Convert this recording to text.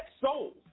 soul